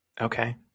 Okay